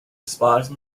despise